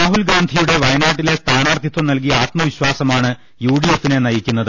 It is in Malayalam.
രാഹുൽഗാന്ധിയുടെ വയനാട്ടിലെ സ്ഥാനാർത്ഥിത്വം നൽകിയ ആത്മവിശ്വാസമാണ് യു ഡി എഫിനെ നയിക്കുന്നത്